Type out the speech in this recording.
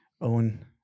own